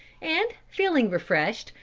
and feeling refreshed,